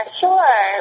sure